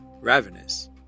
ravenous